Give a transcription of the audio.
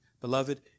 Beloved